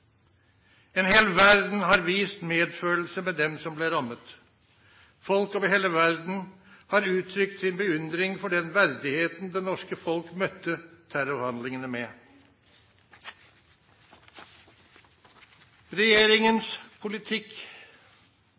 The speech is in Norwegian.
En hel verden har vist medfølelse med dem som ble rammet. Folk over hele verden har uttrykt sin beundring for den verdigheten det norske folk møtte terrorhandlingene med.